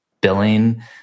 billing